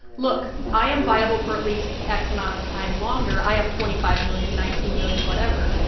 look. i am viable for at least x amount of time longer. i have twenty five million, nineteen million, whatever.